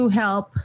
help